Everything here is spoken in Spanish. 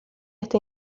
esta